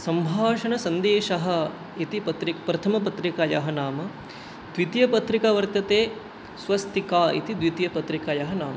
सम्भाषणसन्देशः इति पत्रि प्रथमपत्रिकायाः नाम द्वितीयपत्रिका वर्तते स्वस्तिका इति द्वितीयपत्रिकायाः नाम